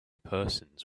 persons